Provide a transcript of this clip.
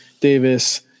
Davis